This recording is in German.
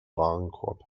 warenkorb